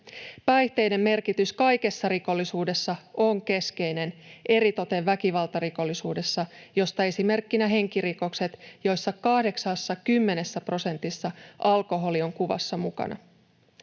Päihteiden merkitys kaikessa rikollisuudessa on keskeinen, eritoten väkivaltarikollisuudessa, josta esimerkkinä henkirikokset, joissa 80 prosentissa alkoholi on kuvassa mukana.